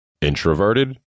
Introverted